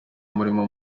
umurimo